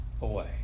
away